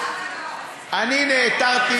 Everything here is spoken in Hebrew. דקות, אדוני.